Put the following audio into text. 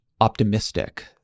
optimistic